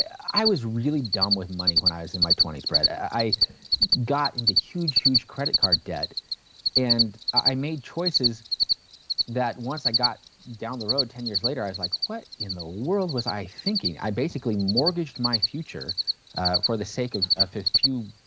i was really dumb with money when i was in my twenty s spread. i i got into huge, huge credit card debt and i made choices that once i got down the road ten years later i was like what in the world was i thinking. i basically mortgaged my future for the sake of a few